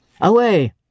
Away